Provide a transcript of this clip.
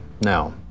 Now